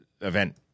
event